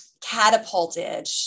catapulted